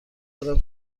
دارم